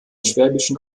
schwäbischen